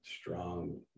strong